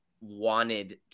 wanted